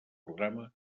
programa